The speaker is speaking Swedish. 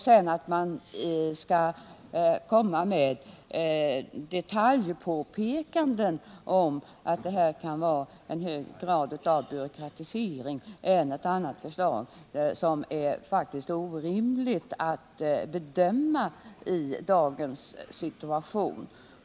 Sedan kan man naturligtvis göra påpekanden om att det här systemet i vissa detaljer skulle medföra en högre grad av byråkratisering än ett annat förslag, men det är faktiskt något som inte rimligen kan bedömas i dagens situation.